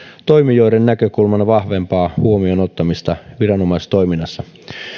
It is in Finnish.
toimijoiden näkökulman vahvempaa huomioon ottamista viranomaistoiminnassa